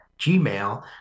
Gmail